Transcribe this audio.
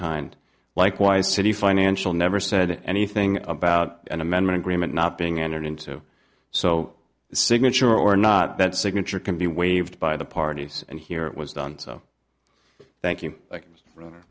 kind likewise city financial never said anything about an amendment agreement not being entered into so signature or not that signature can be waived by the parties and here it was done so thank you